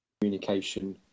communication